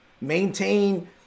Maintain